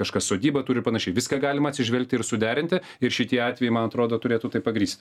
kažkas sodybą turi ir panašiai į viską galima atsižvelgti ir suderinti ir šitie atvejai man atrodo turėtų tai pagrįst